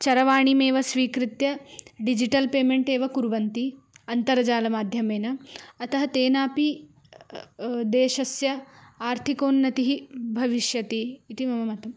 चरवाणीमेव स्वीकृत्य digital payment एव कुर्वन्ति अन्तर्जालमाध्यमेन अतः तेनापि देशस्य आर्थिकोन्नतिः भविष्यति इति मम मतम्